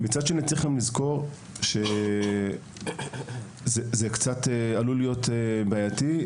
צריך גם לזכור שזה מצב שקצת עלול להיות בעייתי,